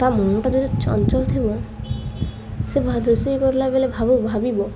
ତା ମନଟା ଯଦି ଚଞ୍ଚଲ ଥିବ ସେ ରୋଷେଇ କରଲା ବେଲେ ଭାବ ଭାବିବ